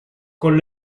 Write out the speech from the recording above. con